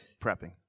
prepping